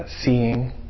seeing